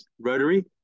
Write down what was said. rotary